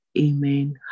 Amen